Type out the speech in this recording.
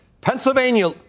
Pennsylvania